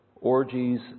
orgies